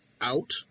out